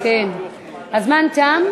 הזמן תם.